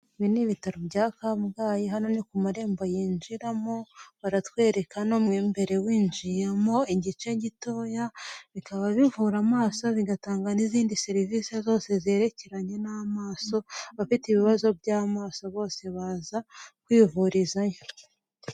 Ibi n'ibitaro bya kabgayi hano ni ku marembo yinjiramo baratwereka m'imbere winjiyemo igice gitoya bikaba bivura amaso bigatanga n'izindi serivisi zose zerekeranye n'amaso abafite ibibazo by'amaso bose baza kwivurizayo.